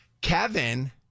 Kevin